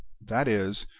that is,